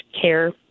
care